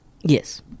Yes